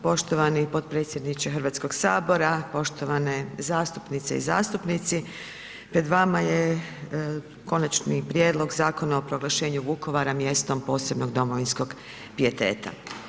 Poštovani potpredsjedniče Hrvatskog sabora, poštovane zastupnice i zastupnici pred vama je Konačni prijedlog Zakona o proglašenju Vukovara mjestom posebnog domovinskog pijeteta.